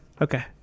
Okay